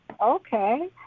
Okay